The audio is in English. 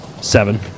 Seven